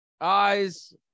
Eyes